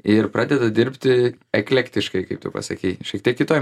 ir pradeda dirbti eklektiškai kaip tu pasakei šiek tiek kitoj